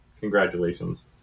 congratulations